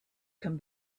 come